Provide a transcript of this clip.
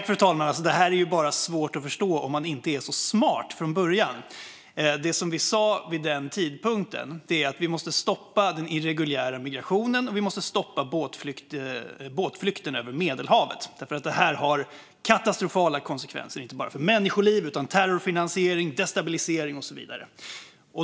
Fru talman! Det är bara svårt att förstå om man inte är så smart från början. Det vi sa vid den tidpunkten var: Vi måste stoppa den irreguljära migrationen och båtflykten över Medelhavet. Det har katastrofala konsekvenser inte bara för människoliv utan för med sig terrorfinansiering, destabilisering och så vidare.